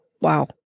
wow